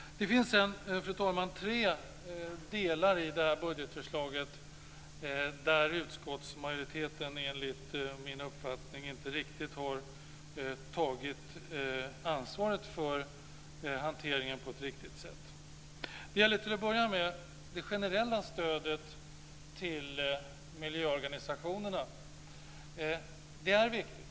Det finns, fru talman, tre delar i budgetförslaget där utskottsmajoriteten enligt min uppfattning inte har tagit ansvar för hanteringen på ett riktigt sätt. Det gäller till att börja med det generella stödet till miljöorganisationerna. Det är viktigt.